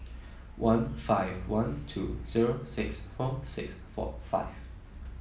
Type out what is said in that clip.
one five one two zero six four six four five